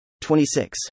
26